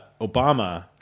Obama